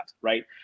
right